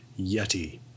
yeti